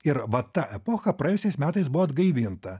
ir va ta epocha praėjusiais metais buvo atgaivinta